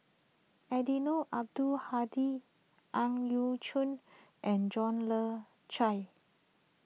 Eddino Abdul Hadi Ang Yau Choon and John Le Cain